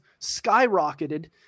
skyrocketed